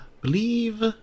believe